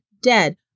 dead